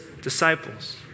disciples